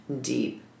deep